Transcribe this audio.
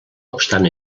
obstant